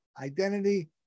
identity